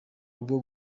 rugo